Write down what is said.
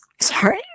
sorry